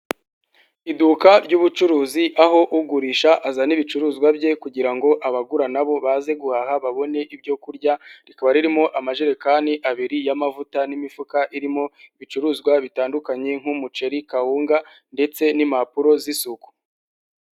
Iduka ry'ubucuruzi aho ugurisha azana ibicuruzwa bye kugira ngo abagura na bo baze guhaha babone ibyo kurya, rikaba ririmo amajerekani abiri y'amavuta n'imifuka irimo ibicuruzwa bitandukanye nk'umuceri, kawunga ndetse n'impapuro z'isuku.